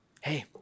Hey